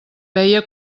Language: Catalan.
veia